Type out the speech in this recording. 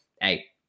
hey